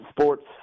Sports